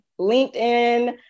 LinkedIn